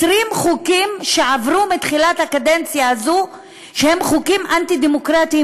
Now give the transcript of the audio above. יש 20 חוקים שעברו מתחילת הקדנציה הזו שהם חוקים אנטי-דמוקרטיים,